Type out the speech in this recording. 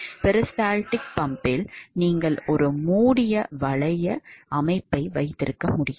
peristaltic பம்பில் நீங்கள் ஒரு மூடிய வளைய அமைப்பை வைத்திருக்க முடியும்